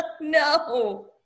no